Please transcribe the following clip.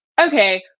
okay